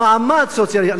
ממעמד סוציאליסטי.